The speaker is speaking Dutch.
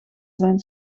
zijn